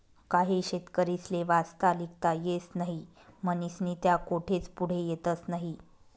काही शेतकरीस्ले वाचता लिखता येस नही म्हनीस्नी त्या कोठेच पुढे येतस नही